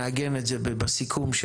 לדעתי זה פתיר בחתיכות קטנות ובנדיבות